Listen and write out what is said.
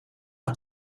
not